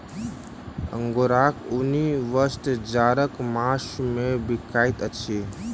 अंगोराक ऊनी वस्त्र जाड़क मास मे बिकाइत अछि